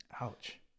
Ouch